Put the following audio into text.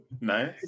Nice